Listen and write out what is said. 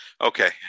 Okay